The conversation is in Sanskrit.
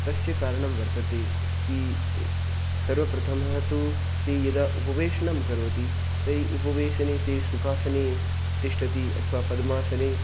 तस्य कारणं वर्तते कि सर्वप्रथमः तु ते यदा उपवेशनं करोति तैः उपवेशने ते सुखासने तिष्ठन्ति अथवा पद्मासने